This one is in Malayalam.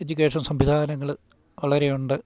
എഡ്യുക്കേഷൻ സംവിധാനങ്ങൾ വളരെയുണ്ട്